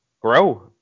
grow